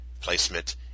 placement